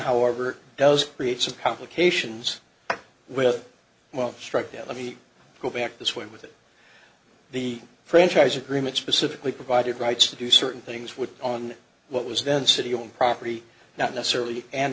however does create some publications with well i'm struck that let me go back this way with it the franchise agreement specifically provided rights to do certain things with on what was density on property not necessarily